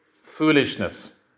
foolishness